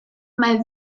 mae